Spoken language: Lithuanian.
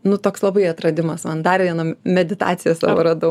nu toks labai atradimas man dar vieną meditaciją savo radau